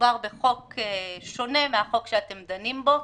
שמדובר בחוק שונה מהחוק שאתם דנים בו.